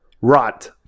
Rot